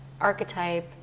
archetype